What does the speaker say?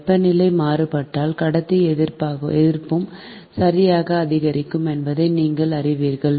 வெப்பநிலை மாறுபட்டால் கடத்தி எதிர்ப்பும் சரியாக அதிகரிக்கும் என்பதை நீங்கள் அறிவீர்கள்